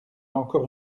encore